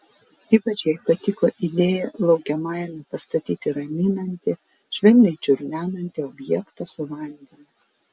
ypač jai patiko idėja laukiamajame pastatyti raminantį švelniai čiurlenantį objektą su vandeniu